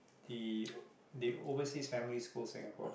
the the overseas family school Singapore